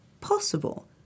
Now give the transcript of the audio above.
possible